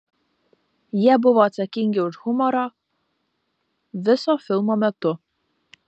jie buvo atsakingi už humorą viso filmo metu